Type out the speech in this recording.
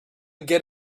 get